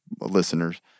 listeners